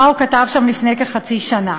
מה הוא כתב שם לפני כחצי שנה.